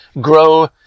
grow